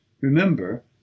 remember